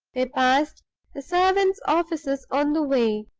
they passed the servants' offices on the way.